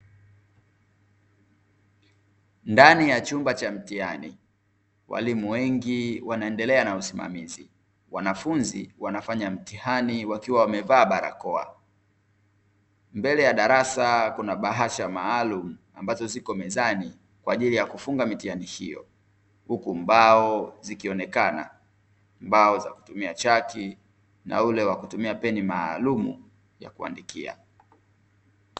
Ndani ya chumba cha mtihani walimu wengi wanaendelea na usimamizi, wanafunzi wanafanya mtihani wakiwa wamevaa barakoa. Mbele ya darasa kuna bahasha maalumu ambazo ziko mezani kwa ajili ya kufunga mitihani hio huku mbao zikionekana, mbao za kutumia chaki na ule wa kutumia peni maalumu ya kuandikia.